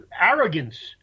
arrogance